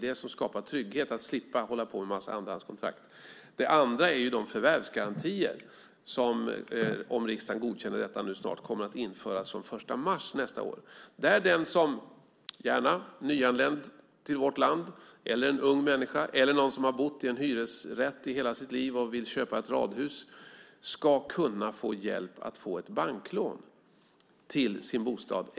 Det skapar trygghet att slippa hålla på med en massa andrahandskontrakt. Det andra är de förvärvsgarantier som, om riksdagen godkänner detta, kommer att införas från den 1 mars nästa år. Den som är ung eller nyanländ till vårt land eller har bott i hyresrätt i hela sitt liv och vill köpa ett radhus ska kunna få hjälp att få ett banklån till sin bostad.